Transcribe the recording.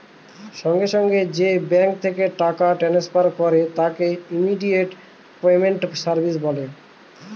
সঙ্গে সঙ্গে যে ব্যাঙ্ক থেকে টাকা ট্রান্সফার করে তাকে ইমিডিয়েট পেমেন্ট সার্ভিস বলে